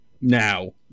now